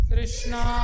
Krishna